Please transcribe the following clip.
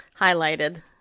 highlighted